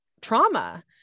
trauma